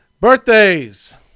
birthdays